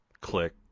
Click